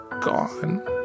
gone